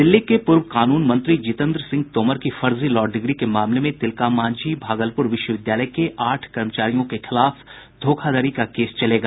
दिल्ली के पूर्व कानून मंत्री जितेन्द्र सिंह तोमर की फर्जी लॉ डिग्री के मामले में तिलकामांझी भागलुपर विश्वविद्यालय के आठ कर्मचारियों के खिलाफ धोखाधड़ी का केस चलेगा